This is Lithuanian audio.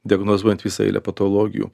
diagnozuojant visą eilę patologijų